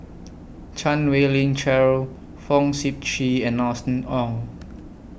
Chan Wei Ling Cheryl Fong Sip Chee and Austen Ong